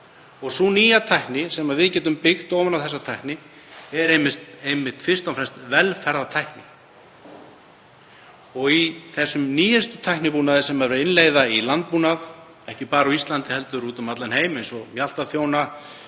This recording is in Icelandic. Sú nýja tækni sem við getum byggt ofan á þessa tækni er einmitt fyrst og fremst velferðartækni. Þessi nýjasti tæknibúnaður sem er verið að innleiða í landbúnaði, ekki bara á Íslandi heldur úti um allan heim, eins og mjaltaþjónar,